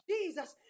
Jesus